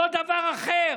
לא דבר אחר.